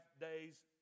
days